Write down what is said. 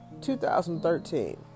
2013